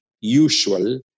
usual